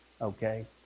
okay